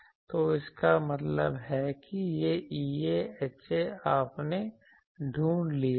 तो इसका मतलब है कि यह EA HA आपने ढूंढ लिए है